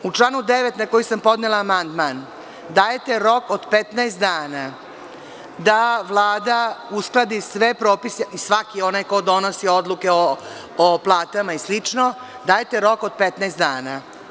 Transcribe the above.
U članu 9. na koji sam podnela amandman dajete rok od 15 dana da Vlada uskladi sve propise i svaki onaj ko donosi odluke o platama i slično, dajete rok od 15 dana.